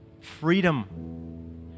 Freedom